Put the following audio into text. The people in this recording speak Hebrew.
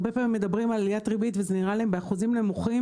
הרבה פעמים מדברים על עליית ריבית וזה נראה להם באחוזים נמוכים,